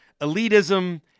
elitism